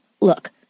Look